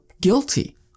guilty